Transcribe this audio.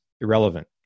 irrelevant